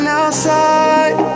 outside